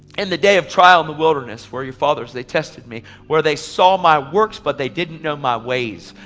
in the day of trial in the wilderness where your fathers they tested me. where they saw my works, but they didn't know my ways.